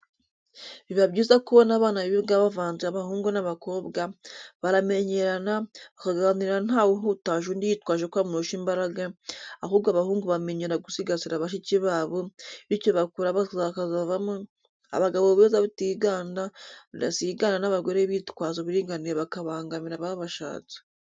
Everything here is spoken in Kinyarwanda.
Biba byiza kubona abana biga bavanze abahungu n'abakobwa, baramenyerana, bakaganira ntawe uhutaje undi yitwaje ko amurusha imbaraga, ahubwo abahungu bamenyera gusigasira bashiki babo, bityo bakura bakazavamo abagabo beza batiganda, badasigana n'abagore bitwaza uburinganire bakabangamira ababashatse.